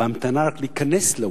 בהמתנה רק להיכנס לאולם.